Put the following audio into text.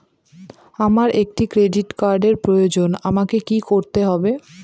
আমার একটি ক্রেডিট কার্ডের প্রয়োজন আমাকে কি করতে হবে?